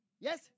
Yes